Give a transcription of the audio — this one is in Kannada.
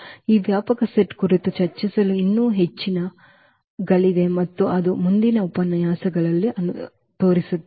ಈ ವ್ಯಾಪಕ ಸೆಟ್ ಕುರಿತು ಚರ್ಚಿಸಲು ಇನ್ನೂ ಹೆಚ್ಚಿನವುಗಳಿವೆ ಮತ್ತು ಅದು ಮುಂದಿನ ಉಪನ್ಯಾಸಗಳಲ್ಲಿ ಅನುಸರಿಸುತ್ತದೆ